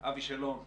אבי שלום,